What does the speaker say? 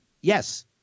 Yes